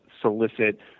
solicit